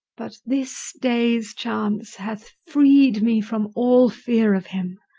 but this day's chance hath freed me from all fear of him,